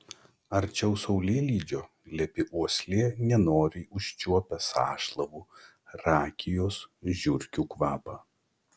arčiau saulėlydžio lepi uoslė nenoriai užčiuopia sąšlavų rakijos žiurkių kvapą